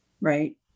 right